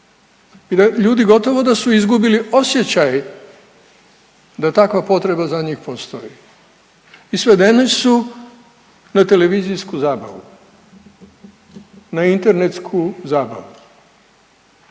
i da ljudi gotovo da su izgubili osjećaj da takva potreba za njih postoji i svedeni su na televizijsku zabavu, na internetsku zabavu,